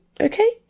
okay